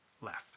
left